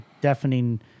deafening